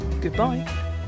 goodbye